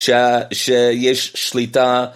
שיש שליטה